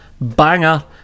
Banger